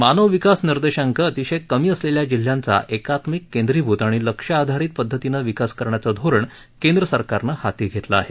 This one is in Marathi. मानव विकास निर्देशांक अतिशय कमी असलेल्या जिल्ह्यांचा एकात्मिक केंद्रीभूत आणि लक्ष्य आधारित पध्दतीनं विकास करण्याचं धोरण केंद्र सरकारनं हाती घेतलं आहे